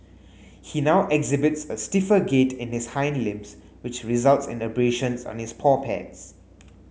he now exhibits a stiffer gait in his hind limbs which results in abrasions on his paw pads